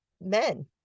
men